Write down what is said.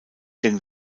denn